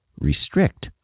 restrict